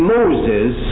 Moses